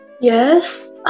Yes